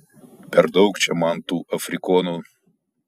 per daug čia man tų afrikonų